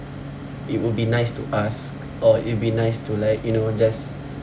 it will be nice to us or it'll be nice to like you know just